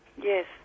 Yes